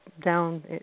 down